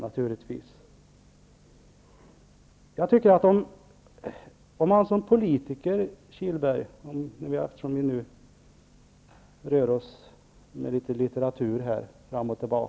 Om vi nu rör oss inom litteraturen, Kihlberg, även om vi kanske gör det litet slarvigt, kan jag säga så här.